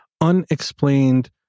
unexplained